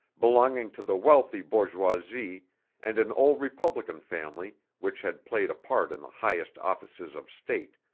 belonging to the wealthy bourgeoisie and an old republican family which had played a part in the highest offices of state,